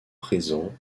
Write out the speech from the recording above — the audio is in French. présent